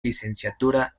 licenciatura